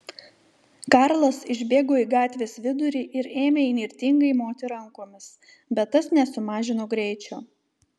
karlas išbėgo į gatvės vidurį ir ėmė įnirtingai moti rankomis bet tas nesumažino greičio